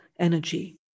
energy